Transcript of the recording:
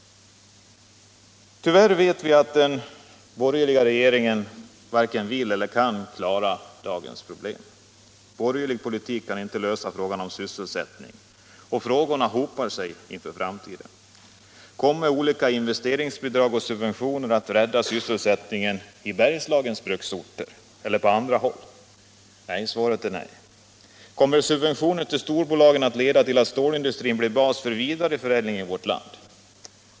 Tyvärr vet vi att den borgerliga regeringen varken vill eller kan klara dagens problem. Borgerlig politik kan inte lösa frågan om sysselsättning. Frågorna hopar sig inför framtiden. Kommer olika investeringsbidrag och subventioner att rädda sysselsättningen i Bergslagens bruksorter eller på andra håll? Svaret är nej. Kommer subventioner till storbolagen att leda till att stålindustrin blir en bas för vidareförädling i vårt land?